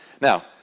now